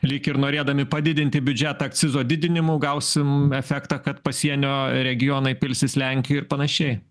lyg ir norėdami padidinti biudžetą akcizo didinimu gausim efektą kad pasienio regionai pilsis lenkijoj ir panašiai